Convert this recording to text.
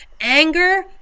Anger